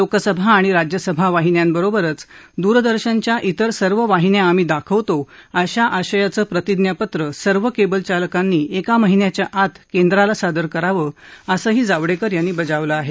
लोकसभा आणि राज्यसभा वाहिन्यांबरोबर दूरदर्शनच्या इतर सर्व वाहिन्यां आम्ही दाखवतो अशा आशयाचं प्रतिज्ञापत्र सर्व केबल चालकांनी एका महिन्याच्या आत केंद्राला सादर करावं असंही जावडेकर यांनी बजावलं आहे